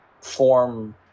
form